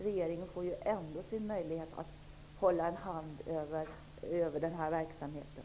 Regeringen får ändå en möjlighet att hålla en hand över verksamheten.